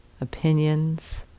opinions